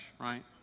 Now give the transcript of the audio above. right